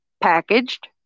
packaged